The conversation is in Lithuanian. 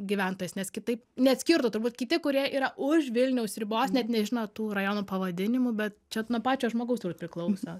gyventojas nes kitaip neatskirtų turbūt kiti kurie yra už vilniaus ribos net nežino tų rajonų pavadinimų bet čia nuo pačio turbūt žmogaus priklauso